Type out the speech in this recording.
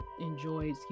enjoyed